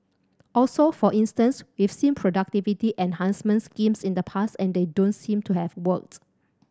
also for instance we've seen productivity enhancement schemes in the past and they don't seem to have worked